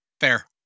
Fair